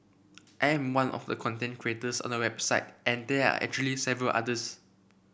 I am one of the content creators on the website and there are actually several others